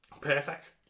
perfect